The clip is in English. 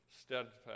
steadfast